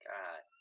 God